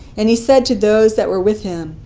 and he said to those that were with him,